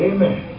Amen